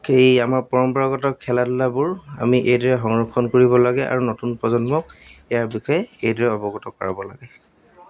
সেই আমাৰ পৰম্পৰাগত খেলা ধূলাবোৰ আমি এইদৰে সংৰক্ষণ কৰিব লাগে আৰু নতুন প্ৰজন্মক ইয়াৰ বিষয়ে এইদৰে অৱগত কৰাব লাগে